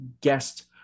guest